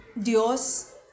Dios